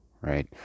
right